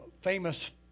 famous